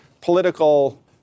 political